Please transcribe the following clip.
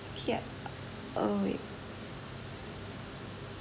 okay uh wait